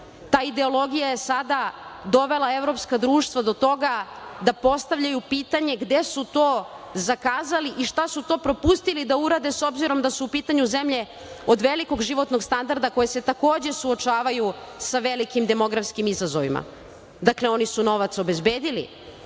Ta ideologija je sada dovela evropska društva do toga da postavljaju pitanje gde su to zakazali i šta su to propustili da urade, s obzirom da su u pitanju zemlje od velikog životnog standarda koje se takođe suočavaju sa velikim demografskim izazovima. Dakle, oni su novac obezbedili,